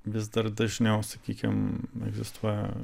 vis dar dažniau sakykim egzistuoja